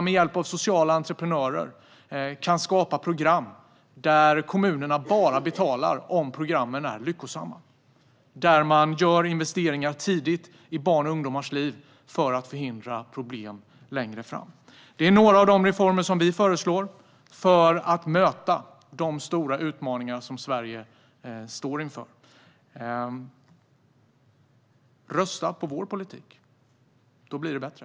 Med hjälp av sociala entreprenörer kan man skapa program där kommunerna betalar bara om programmen är lyckosamma. Tidiga investeringar i barns och ungdomars liv förhindrar problem längre fram. Det här var några av de reformer som vi föreslår för att möta de stora utmaningar som Sverige står inför. Rösta på vår politik! Då blir det bättre.